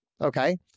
Okay